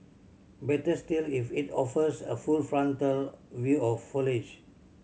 better still if it offers a full frontal view of foliage